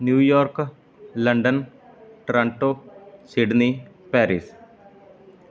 New York London Toronto Sydney Paris